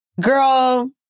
Girl